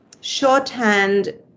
shorthand